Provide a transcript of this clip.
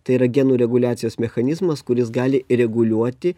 tai yra genų reguliacijos mechanizmas kuris gali reguliuoti